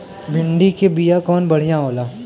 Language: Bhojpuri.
भिंडी के बिया कवन बढ़ियां होला?